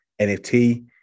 nft